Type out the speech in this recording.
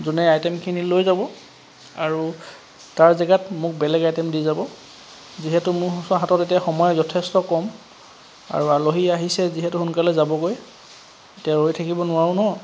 যোনে আইটেমখিনি লৈ যাব আৰু তাৰ জেগাত মোক বেলেগ আইটেম দি যাব যিহেতু মোৰ হাতত এতিয়া সময় যথেষ্ট কম আৰু আলহী আহিছে যিহেতু সোনকালে যাবগৈ এতিয়া ৰৈ থাকিব নোৱাৰোঁ ন